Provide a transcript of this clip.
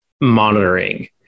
monitoring